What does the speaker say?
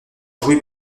joué